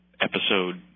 episode